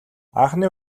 анхны